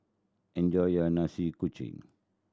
enjoy your Nasi Kuning